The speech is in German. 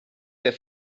der